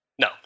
No